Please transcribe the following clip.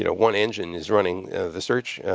you know one engine is running the search